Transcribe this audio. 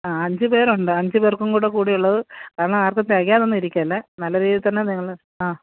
ആ അഞ്ച് പേർ ഉണ്ട് അഞ്ച് പേർക്കും കൂടെ കൂടെ ഉള്ളത് കാരണം ആർക്കും തികയാതെ ഒന്നും ഇരിക്കല്ല് നല്ല രീതിയിൽ തന്നെ നിങ്ങൾ ആ